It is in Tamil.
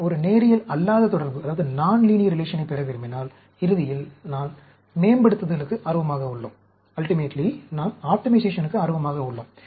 நான் ஒரு நேரியல் அல்லாத தொடர்பினைப் பெற விரும்பினால் இறுதியில் நாம் மேம்படுத்துதலுக்கு ஆர்வமாக உள்ளோம்